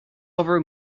over